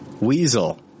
weasel